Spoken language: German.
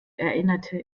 erinnerte